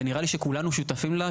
ונראה לי שכולנו שותפים לה,